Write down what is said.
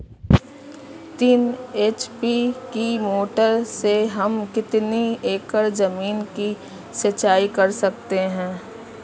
तीन एच.पी की मोटर से हम कितनी एकड़ ज़मीन की सिंचाई कर सकते हैं?